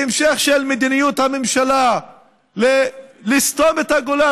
המשך של מדיניות הממשלה לסתום את הגולל